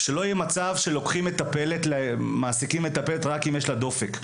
שלא יהיה מצב שמעסיקים מטפלת רק אם יש לה דופק,